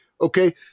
Okay